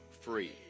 free